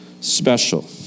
special